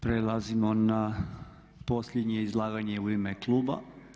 Prelazimo na posljednje izlaganje u ime kluba.